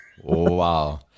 wow